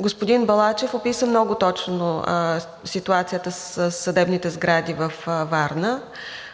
господин Балачев описа много точно ситуацията със съдебните сгради във Варна.